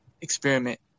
experiment